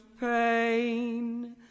pain